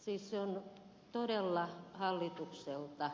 siis se on todella hallitukselta